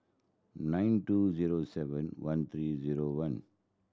nine two zero seven one three zero one